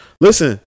listen